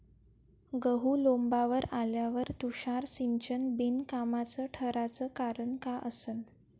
गहू लोम्बावर आल्यावर तुषार सिंचन बिनकामाचं ठराचं कारन का असन?